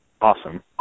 awesome